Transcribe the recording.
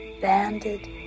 banded